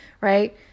right